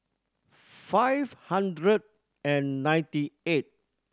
five hundred and ninety eight